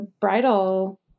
bridal